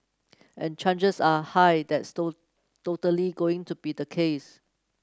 and changes are high that's toll totally going to be the case